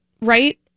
right